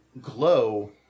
glow